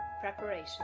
Preparation